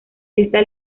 esta